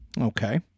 Okay